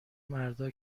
مردا